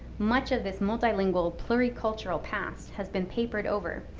much of this multilingual pluricultural past has been papered over,